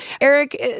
Eric